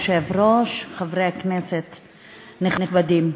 כבוד היושב-ראש, חברי כנסת נכבדים,